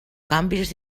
canvis